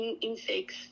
insects